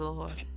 Lord